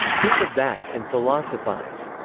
think of that, and philosophise.